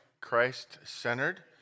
Christ-centered